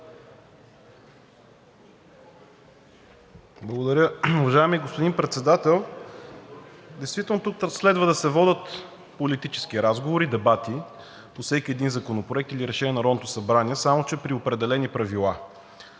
Благодаря. Уважаеми господин Председател! Действително тук следва да се водят политически разговори, дебати по всеки един законопроект или решение на Народното събрание, само че при определени правила.